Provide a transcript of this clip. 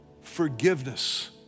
forgiveness